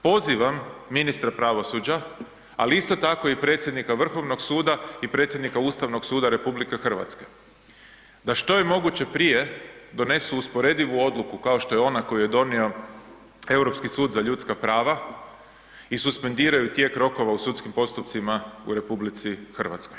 Pozivam ministra pravosuđa, ali isto tako i predsjednika Vrhovnog suda i predsjednika Ustavnog suda RH da što je moguće prije donesu usporedivu odluku kao što je ona koju je donio Europski sud za ljudska prava i suspendiraju tijek rokova u sudskim postupcima u RH.